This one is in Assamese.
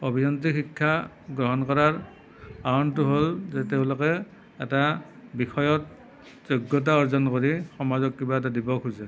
অভিযান্ত্ৰিক শিক্ষা গ্ৰহণ কৰাৰ কাৰণটো হ'ল যে তেওঁলোকে এটা বিষয়ত যোগ্যতা অৰ্জন কৰি সমাজক কিবা এটা দিব খোজে